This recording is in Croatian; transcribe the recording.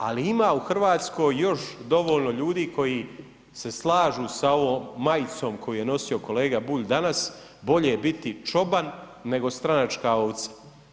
Ali ima u Hrvatskoj još dovoljno ljudi koji se slažu sa ovom majicom koju je nosio kolega Bulj danas, bolje je biti čoban nego stranačka ovca.